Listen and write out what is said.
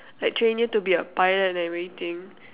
like train you to be a pilot and everything